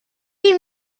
sie